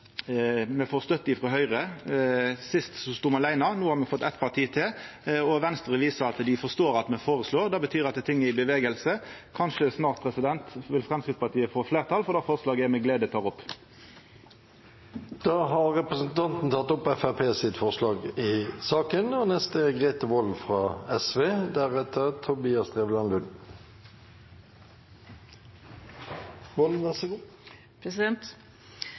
me får støtte frå Høgre – sist stod me åleine, no har me fått eitt parti til, og Venstre viser at dei forstår at me føreslår det. Det betyr at ting er i bevegelse. Kanskje vil Framstegspartiet snart få fleirtal for det forslaget eg med glede tek opp. Representanten Helge André Njåstad har tatt opp det forslaget han refererte til. Vi bor i